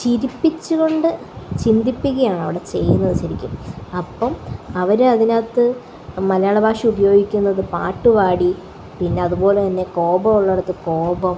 ചിരിപ്പിച്ചു കൊണ്ട് ചിന്തിപ്പിക്കുകയാണവിടെ ചെയ്യുന്നത് ശരിക്കും അപ്പോള് അവര് അതിനകത്ത് മലയാള ഭാഷ ഉപയോഗിക്കുന്നത് പാട്ടു പാടി പിന്നെ അതുപോലെ തന്നെ കോപമുള്ളിടത്ത് കോപം